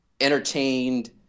entertained